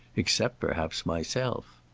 except, perhaps, myself.